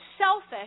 selfish